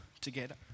together